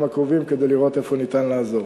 הקרובים כדי לראות איפה ניתן לעזור.